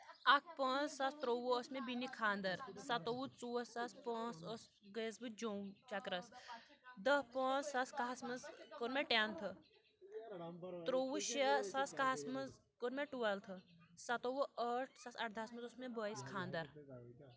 اکھ پانٛژھ سَتھ ترٛۆوُہ اوس مےٚ بیٚنہِ خانٛدر سَتووُہ ژور ساس پانٛژھ ٲسۍ گٔیس بہٕ جوٚم چکرس دہ پانٛژھ زٕ ساس کہَس منٛز کوٚر مےٚ ٹینتھٕ ترٛۆوُہ شیٚے زٕ ساس کہَس منٛز کوٚر مےٚ ٹویلتھٕ سَتووُہ ٲٹھ زٕ ساس آرٕدہَس منٛز اوس مےٚ بٲیِس خانٛدر